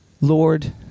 Lord